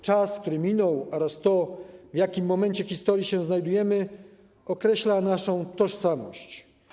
Czas, który minął, oraz to, w jakim momencie historii się znajdujemy, określa naszą tożsamość.